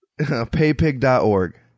Paypig.org